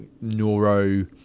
neuro